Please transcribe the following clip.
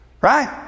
Right